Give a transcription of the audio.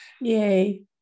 Yay